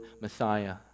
Messiah